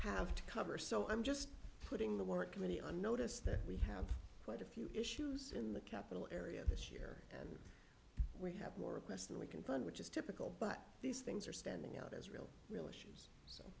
have to cover so i'm just putting the work committee on notice that we have quite a few issues in the capital area this year we have more requests than we can plan which is typical but these things are standing out as real real issues